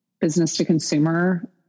business-to-consumer